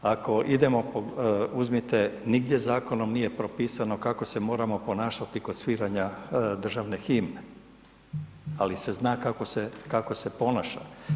Ako idemo, uzmite, nigdje zakonom nije propisano kako se moramo ponašati kod sviranja državne himne, ali se zna kako se ponaša.